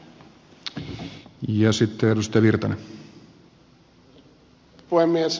arvoisa puhemies